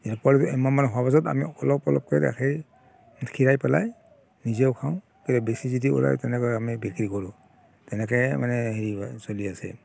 এই পোৱালিটো এমাহমান হোৱাৰ পাছত আমি অলপ অলপকৈ গাখীৰ খীৰাই পেলাই নিজেও খাওঁ কেতিয়াবা বেছি যদি ওলায় তেনেকৈ আমি বিক্ৰী কৰোঁ তেনেকৈ মানে হেৰি হয় চলি আছে